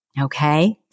okay